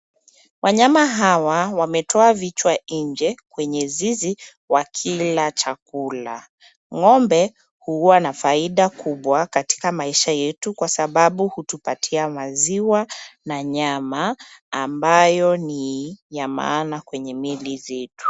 Wanyama hawa wametoa vichwa nje kwenye zizi wakila chakula. Ng'ombe huwa na faida kubwa katika maisha yetu kwa sababu hutupatia maziwa na nyama ambayo ni ya maana kwenye mili zetu.